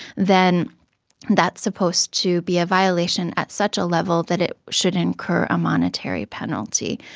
then that's supposed to be a violation at such a level that it should incur a monetary penalty.